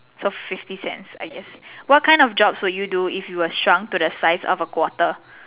so fifty cents I guess what kind of jobs would you do if you were shrunk to the size of a quarter